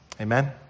Amen